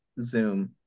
Zoom